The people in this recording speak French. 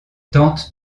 tente